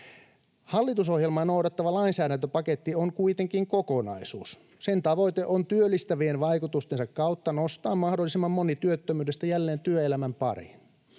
Hallitusohjelmaa noudattava lainsäädäntöpaketti on kuitenkin kokonaisuus. Sen tavoite on työllistävien vaikutustensa kautta nostaa mahdollisimman moni työttömyydestä jälleen työelämän pariin.